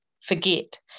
forget